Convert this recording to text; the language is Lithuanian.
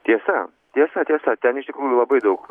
tiesa tiesa tiesa ten iš tikrųjų labai daug